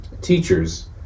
Teachers